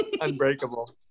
unbreakable